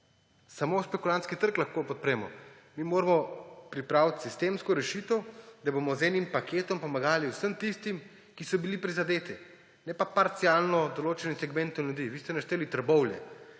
Samo špekulantski trg lahko podpremo. Mi moramo pripraviti sistemsko rešitev, da bomo z enim paketom pomagali vsem tistim, ki so bili prizadeti, ne pa parcialno določenim segmentom ljudi. Vi ste našteli Trbovlje,